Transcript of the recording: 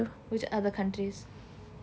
which other countries